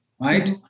right